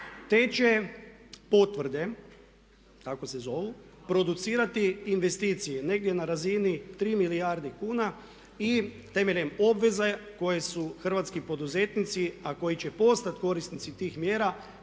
Te će potvrde tako se zovu, producirati investicije negdje na razini 3 milijardi kuna i temeljem obveze koje su hrvatski poduzetnici a koji će postati korisnici tih mjera